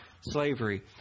slavery